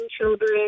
children